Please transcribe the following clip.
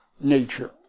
nature